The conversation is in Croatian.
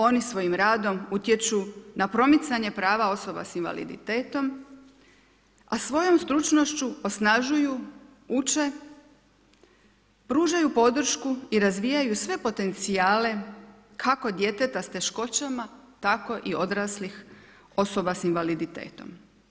Oni svojim radom utječu na promicanje prava osoba sa invaliditetom, a svojom stručnošću osnažuju, uče, pružaju podršku i razvijaju sve potencijale kako djeteta sa teškoćama, tako i odraslih osoba sa invaliditetom.